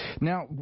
Now